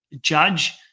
judge